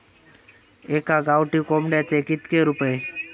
एका गावठी कोंबड्याचे कितके रुपये?